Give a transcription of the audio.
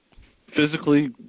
physically